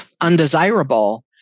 undesirable